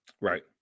Right